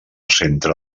centre